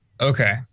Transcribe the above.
Okay